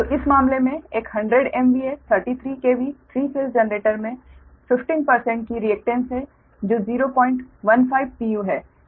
तो इस मामले में एक 100 MVA 33 KV three phase generator में 15 की रिएकटेन्स है जो 015 pu है